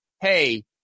hey